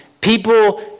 people